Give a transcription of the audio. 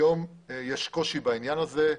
היום יש קושי בעניין הזה.